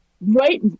Right